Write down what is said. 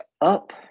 up